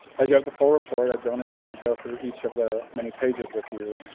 as you have the full report, i don't intend to go through each of the many pages with you.